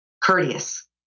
courteous